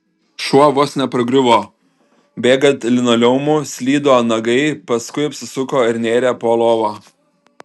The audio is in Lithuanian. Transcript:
šuo vos nepargriuvo bėgant linoleumu slydo nagai paskui apsisuko ir nėrė po lova